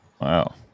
wow